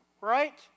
right